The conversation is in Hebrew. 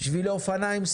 שבילי אופניים,